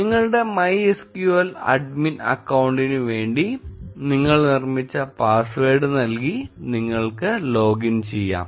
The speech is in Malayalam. നിങ്ങളുടെ MySQL അഡ്മിൻ അക്കൌണ്ടിന് വേണ്ടി നിങ്ങൾ നിർമിച്ച പാസ്സ്വേർഡ് നൽകി നിങ്ങൾക്ക് ലോഗിൻ ചെയ്യാം